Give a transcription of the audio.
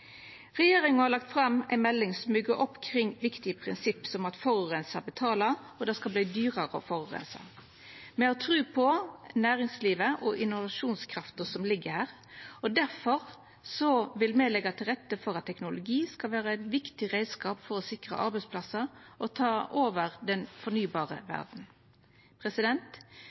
Regjeringa har lagt fram ei melding som byggjer opp kring viktige prinsipp som at forureinar betalar, og det skal verta dyrare å forureina. Me har tru på næringslivet og innovasjonskrafta som ligg her, og difor vil me leggja til rette for at teknologien skal vera ein viktig reiskap for å sikra arbeidsplassar og ta oss over i den fornybare